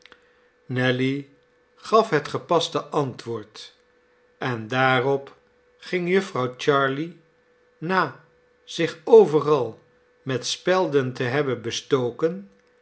nelly gaf het gepaste antwoord en daarop ging jufvrouw jarley na zich overal met spelden te hebben bestoken